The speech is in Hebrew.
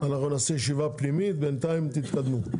אנחנו נעשה ישיבה פנימית, בינתיים תתקדמו.